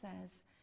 says